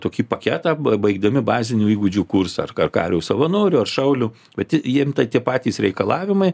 tokį paketą baigdami bazinių įgūdžių kursą ar kario savanorio ar šaulio bet jiem tai tie patys reikalavimai